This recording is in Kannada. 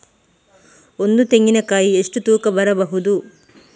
ಒಂದು ತೆಂಗಿನ ಕಾಯಿ ಎಷ್ಟು ತೂಕ ಬರಬಹುದು?